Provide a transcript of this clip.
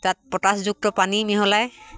তাত পটাচযুক্ত পানী মিহলাই